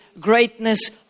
greatness